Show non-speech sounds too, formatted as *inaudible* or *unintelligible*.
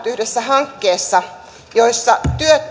*unintelligible* yhdessä hankkeessa jossa